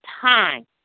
time